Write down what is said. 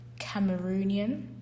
Cameroonian